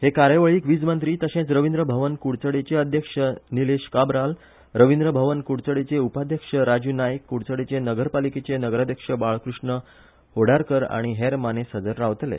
हे कार्यावळीक वीज मंत्री तशेंच रवींद्र भवन कुडचडेंचे अध्यक्ष निलेश काब्राल रवींद्र भवन कुडचडेंचे उपाध्यक्ष राजू नायक कुडचडें नगरपालिकेचे नगराध्यक्ष बाळकृष्ण होडारकार आनी हेर मानेस्त हाजीर रावतले